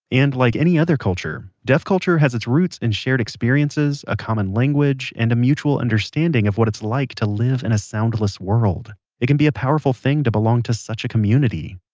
and like any other culture, deaf culture has its roots in shared experiences, a common language, and a mutual understanding of what it's like to live in a soundless world it can be a powerful thing to belong to such a community.